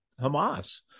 Hamas